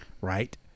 right